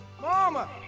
Mama